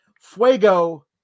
Fuego